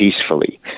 peacefully